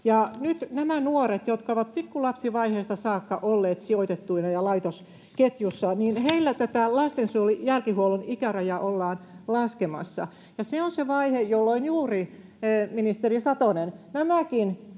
näillä nuorilla, jotka ovat pikkulapsivaiheesta saakka olleet sijoitettuina ja laitosketjussa, tätä lastensuojelun jälkihuollon ikärajaa ollaan laskemassa. Ja se on juuri se vaihe, jolloin, ministeri Satonen, nämäkin